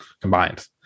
combined